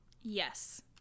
yes